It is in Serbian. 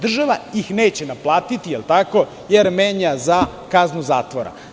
Država ih neće naplatiti jer menja za kaznu zatvora.